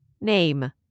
Name